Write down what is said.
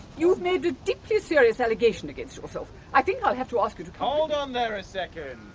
you've made a deeply serious allegation against yourself! i think i'll have to ask you to hold on there a second!